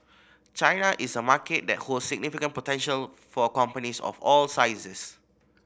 China is a market that holds significant potential for companies of all sizes